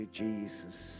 jesus